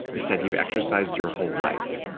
you said you've exercised your whole life.